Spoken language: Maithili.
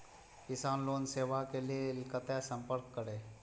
किसान लोन लेवा के लेल कते संपर्क करें?